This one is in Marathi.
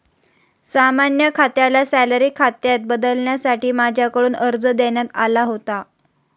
सामान्य खात्याला सॅलरी खात्यात बदलण्यासाठी माझ्याकडून अर्ज देण्यात आला होता